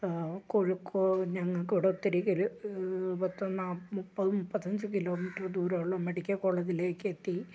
കോഴിക്കോട് ഞങ്ങൾക്ക് ഇവിടെ ഒത്തിരി കിൽ പത്ത് നാൽപ്പത് മുപ്പത് മുപ്പത്തഞ്ച് കിലോമീറ്റർ ദൂരമുള്ള മെഡിക്കൽ കോളേജിലേക്ക് എത്തി